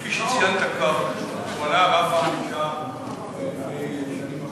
כפי שציינת כבר, הועלה רף הענישה לפני שנים אחדות.